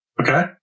Okay